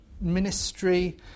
ministry